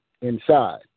inside